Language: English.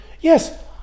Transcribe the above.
yes